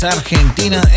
Argentina